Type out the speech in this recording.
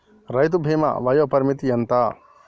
రైతు బీమా వయోపరిమితి ఎంత?